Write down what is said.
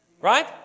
right